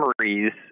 memories